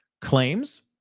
claims